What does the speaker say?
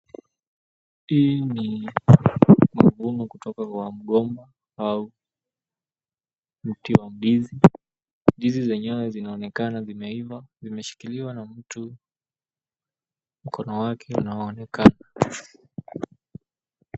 Hii ni mavuno kutoka kwa mgomba au mti wa mndizi, ndizi zenyewe zinaonekana zimeiva zimeshikiliwa na mtu mkono wake unaonekana.